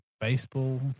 baseball